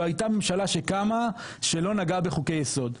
לא הייתה ממשלה שקמה שלא נגעה בחוקי יסוד,